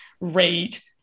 rate